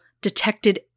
detected